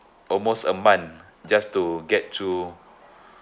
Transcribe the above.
almost a month just to get through